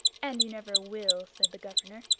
and you never will, said the governor.